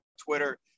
Twitter